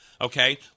Okay